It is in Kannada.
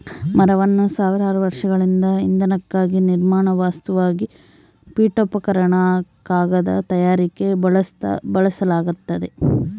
ಮರವನ್ನು ಸಾವಿರಾರು ವರ್ಷಗಳಿಂದ ಇಂಧನಕ್ಕಾಗಿ ನಿರ್ಮಾಣ ವಸ್ತುವಾಗಿ ಪೀಠೋಪಕರಣ ಕಾಗದ ತಯಾರಿಕೆಗೆ ಬಳಸಲಾಗ್ತತೆ